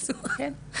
חסומה.